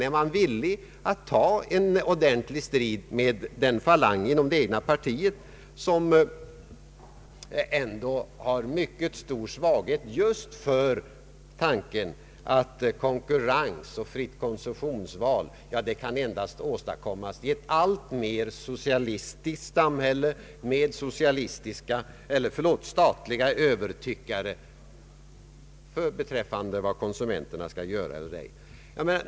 Är man villig att ta en strid med den falang inom det egna partiet som har en mycket stor svaghet just för tanken att konkurrens och fritt konsumtionsval endast kan åstadkommas i ett alltmer socialistiskt samhälle med statliga övertyckare om vad konsumenterna skall eller inte skall göra?